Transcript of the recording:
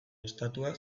estatua